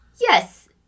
yes